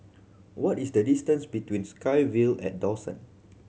what is the distance between SkyVille at Dawson